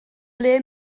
ble